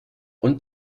und